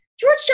George